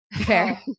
Fair